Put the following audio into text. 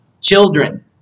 Children